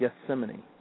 Gethsemane